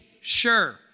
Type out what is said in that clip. sure